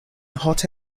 hot